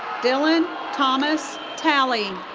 dylan thomas talley.